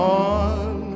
on